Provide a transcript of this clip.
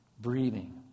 breathing